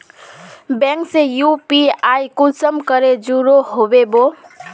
Bank से UPI कुंसम करे जुड़ो होबे बो?